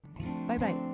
Bye-bye